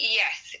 yes